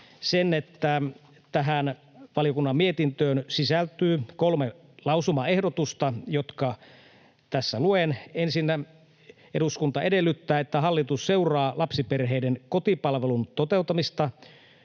tähän valiokunnan mietintöön sisältyy kolme lausumaehdotusta, jotka tässä luen: Ensinnä: ”Eduskunta edellyttää, että hallitus seuraa lapsiperheiden kotipalvelun toteutumista